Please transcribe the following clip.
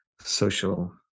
social